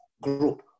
group